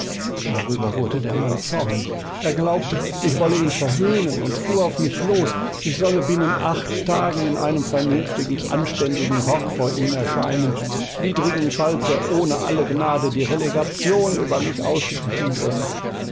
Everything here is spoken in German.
darüber wurde der mann zornig er glaubte ich wolle ihn verhöhnen und fuhr auf mich los ich solle binnen acht tagen in einem vernünftigen anständigen rock vor ihm erscheinen widrigenfalls er ohne alle gnade die relegation über mich aussprechen würde